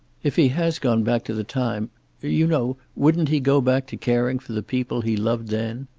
if he has gone back to the time you know, wouldn't he go back to caring for the people he loved then?